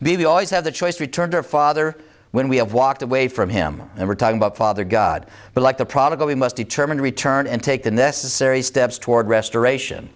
they always have the choice returned their father when we have walked away from him and we're talking about father god but like the prodigal we must determine to return and take the necessary steps toward restoration